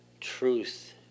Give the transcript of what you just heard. truth